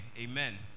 Amen